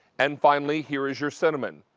and finally here is your cinnamon.